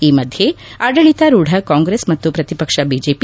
ಈ ಮಧ್ಯೆ ಆಡಳಿತಾರೂಢ ಕಾಂಗ್ರೆಸ್ ಮತ್ತು ಪ್ರತಿಪಕ್ಷ ಬಿಜೆಪ